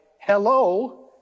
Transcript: hello